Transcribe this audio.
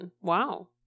Wow